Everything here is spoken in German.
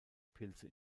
pilze